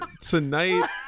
tonight